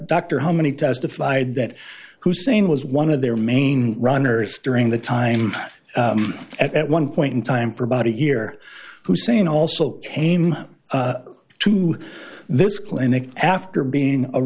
doctor how many testified that hussein was one of their main runners during the time at one point in time for about a year hussein also came to this clinic after being a